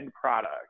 product